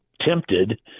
tempted